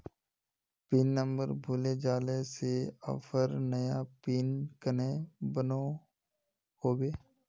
Pin number भूले जाले से ऑफर नया पिन कन्हे बनो होबे?